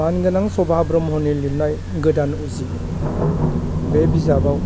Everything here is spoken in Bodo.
मानगोनां सभा ब्रम्हनि लिरनाय गोदान उजि बे बिजाबाव